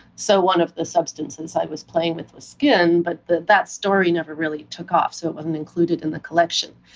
so one of the substances i was playing with was skin, but that story never really took off, so it wasn't included in the collection.